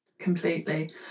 completely